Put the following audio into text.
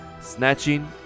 snatching